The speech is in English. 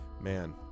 man